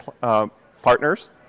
partners